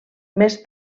més